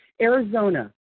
Arizona